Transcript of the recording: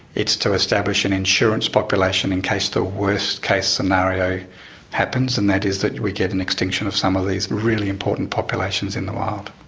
it's to establish an insurance population in case the worst case scenario happens, and that is that we get an extinction of some of these really important populations in the wild.